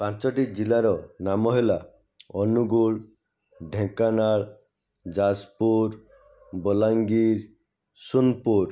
ପାଞ୍ଚଟି ଜିଲ୍ଲାର ନାମ ହେଲା ଅନୁଗୁଳ ଢ଼େଙ୍କାନାଳ ଯାଜପୁର ବଲାଙ୍ଗୀର ସୋନପୁର